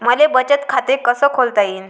मले बचत खाते कसं खोलता येईन?